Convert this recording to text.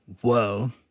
Whoa